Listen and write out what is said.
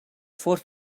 fourth